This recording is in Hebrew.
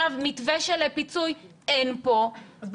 מתווה של פיצוי אין פה,